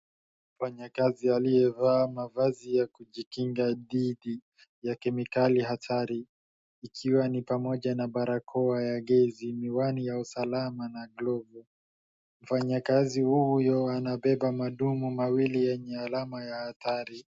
Mfanyakazi aliyevaa mavazi ya kujikinga dhidi ya kemikali hatari pamoja na barakoa ya gezi ,miwani ya usalama na glovu. Mfanyakazi huyu anabeba madumu mawili yenye alama ya hatari.